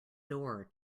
door